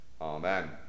Amen